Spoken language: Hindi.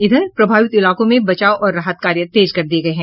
इधर प्रभावित इलाकों में बचाव और राहत कार्य तेज कर दिये गये हैं